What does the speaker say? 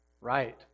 Right